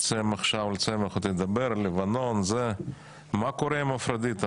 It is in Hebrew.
רוצים לדבר על לבנון, מה קורה עם אפרודיטה?